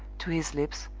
to his lips,